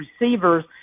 receivers